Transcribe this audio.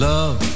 Love